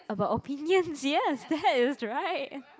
about opinions yes that is right